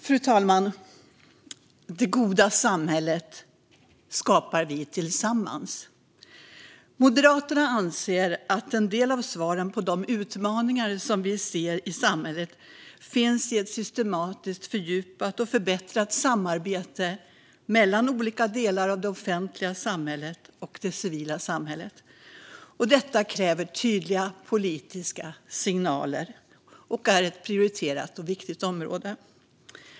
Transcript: Det civila samhället, inklusive trossamfund Fru talman! Det goda samhället skapar vi tillsammans. Moderaterna anser att en del av svaren på de utmaningar som vi ser i samhället finns i ett systematiskt fördjupat och förbättrat samarbete mellan olika delar av det offentliga samhället och det civila samhället. Detta kräver tydliga politiska signaler och är ett prioriterat och viktigt område.